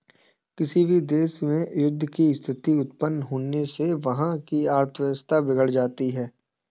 किसी भी देश में युद्ध की स्थिति उत्पन्न होने से वहाँ की अर्थव्यवस्था बिगड़ जाती है